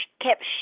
kept